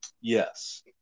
Yes